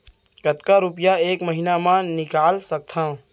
कतका रुपिया एक महीना म निकाल सकथव?